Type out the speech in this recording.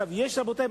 רבותי,